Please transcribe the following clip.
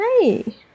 hey